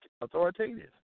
authoritative